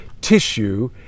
tissue